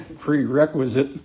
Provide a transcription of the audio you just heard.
prerequisite